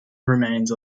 remains